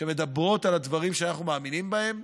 שמדברות על הדברים שאנחנו מאמינים בהם,